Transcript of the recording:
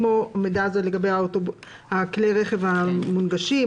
כמו המידע לגבי כלי הרכב המונגשים,